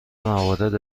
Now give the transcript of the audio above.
موارد